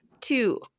Two